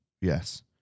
yes